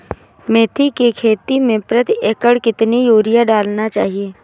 मेथी के खेती में प्रति एकड़ कितनी यूरिया डालना चाहिए?